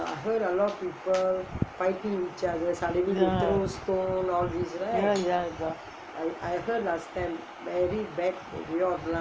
ah ya ya